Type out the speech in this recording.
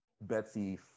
Betsy